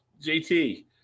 JT